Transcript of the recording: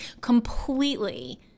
completely